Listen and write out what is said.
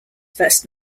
first